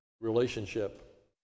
relationship